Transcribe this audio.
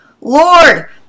lord